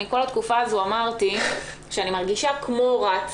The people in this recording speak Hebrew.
אני כל התקופה הזאת אמרתי, שאני מרגישה כמו רץ